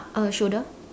uh shoulder